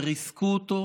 וריסקו אותו,